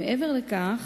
מעבר לכך,